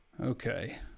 Okay